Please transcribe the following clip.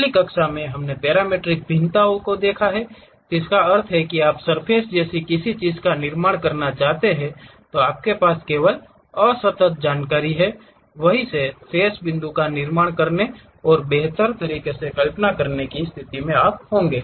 पिछली कक्षाओं में हमने पैरामीट्रिक भिन्नताओं को देखा है जिसका अर्थ है कि आप सर्फ़ेस जैसी किसी चीज का निर्माण करना चाहते हैं आपके पास केवल असतत जानकारी है वहीं से शेष बिंदुओं का निर्माण करने और बेहतर तरीके से कल्पना करने की स्थिति में होगा